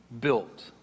built